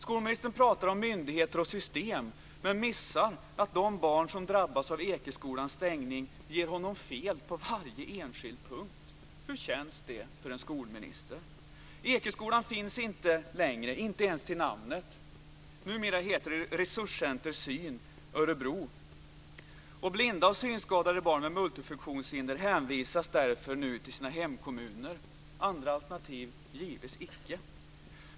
Skolministern pratar om myndigheter och system men missar att de barn som drabbas av Ekeskolans stängning ger honom fel på varje enskild punkt. Hur känns det för en skolminister? Ekeskolan finns inte längre, inte ens till namnet. Numera heter den Resurscenter syn Örebro. Blinda och synskadade barn med multifunktionshinder hänvisas därför nu till sina hemkommuner. Andra alternativ gives icke.